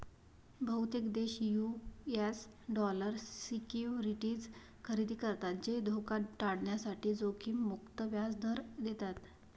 बहुतेक देश US dollar securities खरेदी करतात जे धोका टाळण्यासाठी जोखीम मुक्त व्याज दर देतात